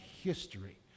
history